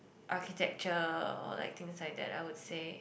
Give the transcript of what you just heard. architecture or like things like that I would say